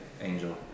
angel